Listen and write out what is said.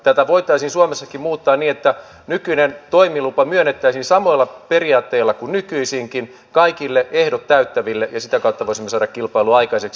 tätä voitaisiin suomessakin muuttaa niin että nykyinen toimilupa myönnettäisiin samoilla periaatteilla kuin nykyisinkin kaikille ehdot täyttäville ja sitä kautta voisimme saada kilpailua aikaiseksi